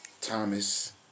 Thomas